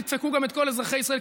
לא תדפקו גם את כל אזרחי ישראל,